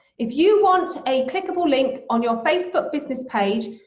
if you want a clickable link on your facebook business page,